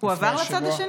הועבר לצד השני?